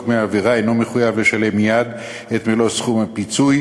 מהעבירה אינו מחויב לשלם מייד את מלוא סכום הפיצוי,